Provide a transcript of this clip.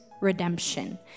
Redemption